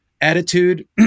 attitude